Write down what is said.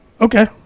Okay